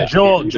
Joel